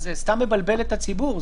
זה סתם מבלבל את הציבור,